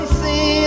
see